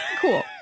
cool